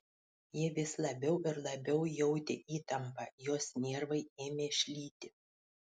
ji vis labiau ir labiau jautė įtampą jos nervai ėmė šlyti